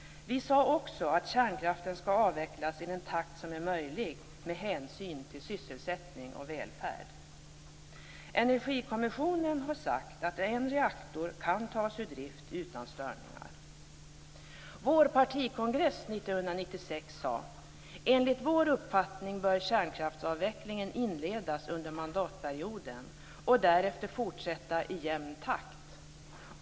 Vi sade också att kärnkraften skall avvecklas i den takt som är möjlig med hänsyn till sysselsättning och välfärd. Energikommissionen har sagt att en reaktor kan tas ur drift utan störningar. Vår partikongress 1996 sade: "Enligt vår uppfattning bör kärnkraftsavvecklingen inledas under mandatperioden och därefter fortsätta i jämn takt.